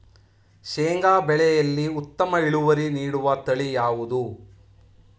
ಶೇಂಗಾ ಬೆಳೆಯಲ್ಲಿ ಉತ್ತಮ ಇಳುವರಿ ನೀಡುವ ತಳಿ ಯಾವುದು?